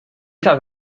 isa